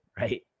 right